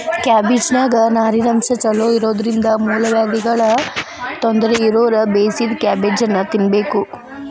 ಕ್ಯಾಬಿಜ್ನಾನ್ಯಾಗ ನಾರಿನಂಶ ಚೋಲೊಇರೋದ್ರಿಂದ ಮೂಲವ್ಯಾಧಿಗಳ ತೊಂದರೆ ಇರೋರು ಬೇಯಿಸಿದ ಕ್ಯಾಬೇಜನ್ನ ತಿನ್ಬೇಕು